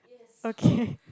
okay